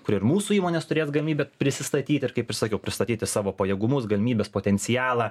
kur ir mūsų įmonės turės galimybę prisistatyti ir kaip ir sakiau pristatyti savo pajėgumus galimybes potencialą